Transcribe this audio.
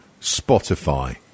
Spotify